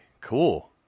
Cool